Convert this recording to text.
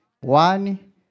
one